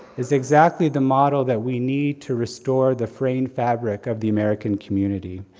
it's exactly the model that we need to restore the frame fabric of the american community.